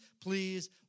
please